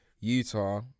Utah